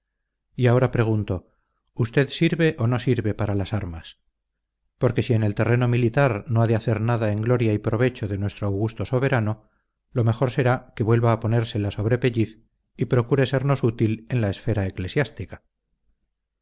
y ahora pregunto usted sirve o no sirve para las armas porque si en el terreno militar no ha de hacer nada en gloria y provecho de nuestro augusto soberano lo mejor será que vuelva a ponerse la sobrepelliz y procure sernos útil en la esfera eclesiástica